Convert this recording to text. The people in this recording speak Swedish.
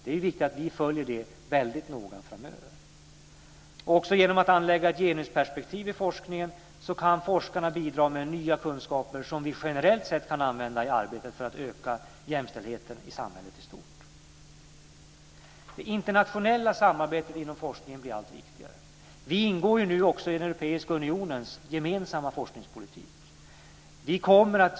Det är viktigt att vi följer detta väldigt noga framöver. Genom att anlägga ett genusperspektiv i forskningen kan forskarna bidra med nya kunskaper som vi generellt sett kan använda i arbetet för att öka jämställdheten i samhället i stort. Det internationella samarbetet inom forskningen blir allt viktigare. Vi ingår ju nu också i Europeiska unionens gemensamma forskningspolitik.